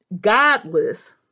Godless